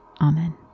Amen